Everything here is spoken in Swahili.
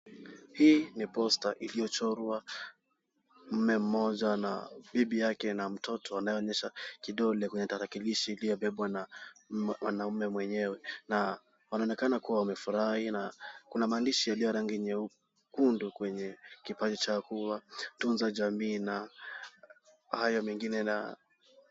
Hii ni poster iliyochorwa mme mmoja na bibi yake na mtoto inayoonyesha kidole na tarakilishi iliyobebwa na mwanaume mwenyewe na wanaonekana kuwa wamefurahi na kuna maandishi ya rangi nyekundu kwenye kipaji cha kutunza jamii na hayo mengine.